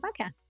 podcast